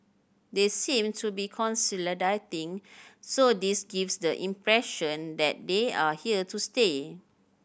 they seem to be consolidating so this gives the impression that they are here to stay